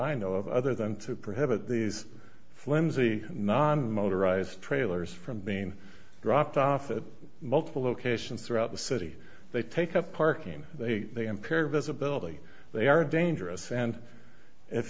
i know of other than to prohibit these flimsy non motorized trailers from being dropped off at multiple locations throughout the city they take up parking they peer visibility they are dangerous and if